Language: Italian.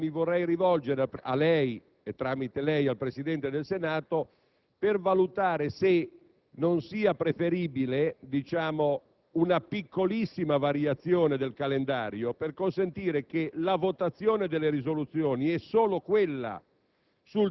allora rivolgere a lei e, tramite lei, al Presidente del Senato, per valutare se non sia preferibile una piccolissima variazione del calendario, al fine di consentire che la votazione delle risoluzioni sul